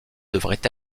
devait